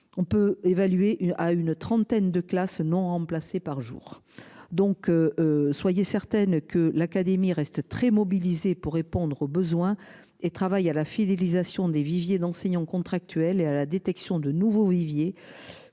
On peut évaluer à une trentaine de classe non remplacés par jour donc. Soyez certaine que l'Académie restent très mobilisés pour répondre aux besoins et travaille à la fidélisation des viviers d'enseignants contractuels et à la détection de nouveaux viviers.